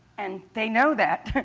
and they know that.